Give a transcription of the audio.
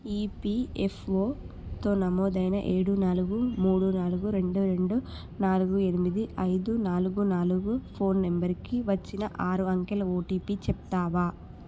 ఈపిఎఫ్ఓతో నమోదైన ఏడు నాలుగు మూడు నాలుగు రెండు రెండు నాలుగు ఎనిమిది ఐదు నాలుగు నాలుగు ఫోన్ నంబర్కి వచ్చిన ఆరు అంకెల ఓటీపీ చెప్తావా